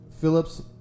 Phillips